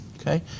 Okay